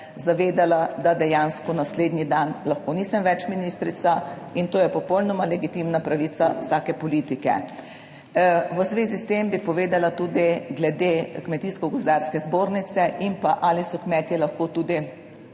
zavedala, da dejansko naslednji dan lahko nisem več ministrica in to je popolnoma legitimna pravica vsake politike. V zvezi s tem bi povedala tudi glede Kmetijsko gozdarske zbornice in pa ali so kmetje lahko tudi